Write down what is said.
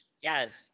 Yes